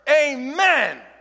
Amen